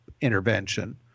intervention